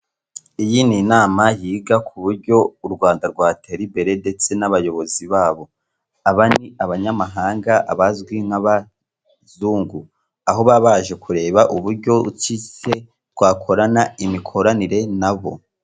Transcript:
Iyi ni inama yiga ku buryo u Rwanda rwatera imbere ndetse n'abayobozi babo, aba ni abanyamahanga abazwi nk'abazungu, aho baba baje kureba uburyo ki se twakorana imikoranire na bo.